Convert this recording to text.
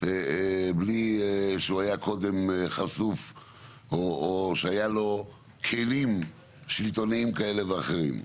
בלי שהוא היה קודם חשוף או שהיה לו כלים שלטוניים כאלה ואחרים.